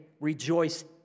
rejoice